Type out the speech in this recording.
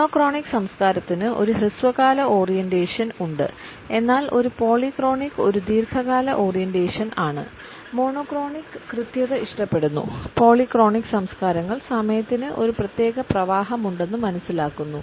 monochronic സംസ്കാരത്തിന് ഒരു ഹ്രസ്വകാല ഓറിയന്റേഷൻ ഉണ്ട് എന്നാൽ ഒരു പോളിക്രോണിക് ഒരു ദീർഘകാല ഓറിയന്റേഷൻ ആണ് മോണോക്രോണിക് കൃത്യത ഇഷ്ടപ്പെടുന്നു പോളിക്രോണിക് സംസ്കാരങ്ങൾ സമയത്തിന് ഒരു പ്രത്യേക പ്രവാഹമുണ്ടെന്ന് മനസ്സിലാക്കുന്നു